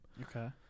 Okay